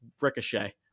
Ricochet